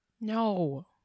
No